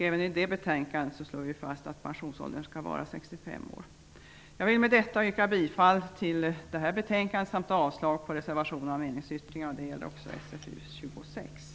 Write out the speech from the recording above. Även i detta betänkande slår vi fast att pensionsåldern skall vara 65 år. Jag vill med detta yrka bifall till utskottets hemställan beträffande dessa betänkanden samt avslag på reservationerna och meningsyttringarna.